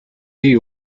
you